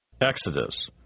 Exodus